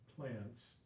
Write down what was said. plants